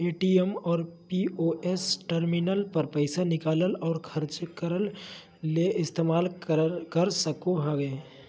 ATM और POS terminal पर पैसा निकालय और ख़र्चा करय ले इस्तेमाल कर सकय हइ